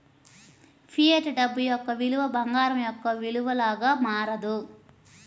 fiat డబ్బు యొక్క విలువ బంగారం యొక్క విలువ లాగా మారదు